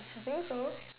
she say so